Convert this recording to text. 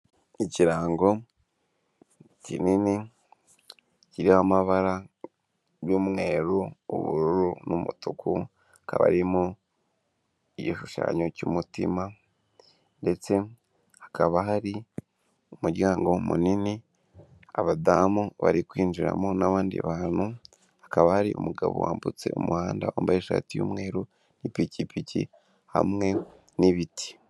Ikirango kinini kiriho amabara y'umweru, ubururu n'umutuku, hakaba harimo igishushanyo cy'umutima, ndetse hakaba hari umuryango munini, abadamu bari kwinjiramo n'abandi bantu hakaba hari umugabo wambutse umuhanda wambaye ishati y'umweru, n'ipikipiki hamwe n'ibiti.